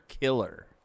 killer